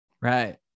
Right